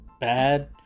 bad